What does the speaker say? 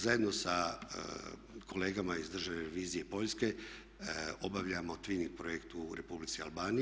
Zajedno sa kolegama iz Državne revizije Poljske obavljamo twinning projekt u Republici Albaniji.